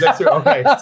Okay